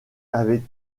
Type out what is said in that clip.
avait